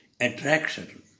attraction